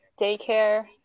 daycare